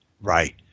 Right